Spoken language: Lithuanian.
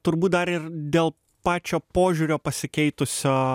turbūt dar ir dėl pačio požiūrio pasikeitusio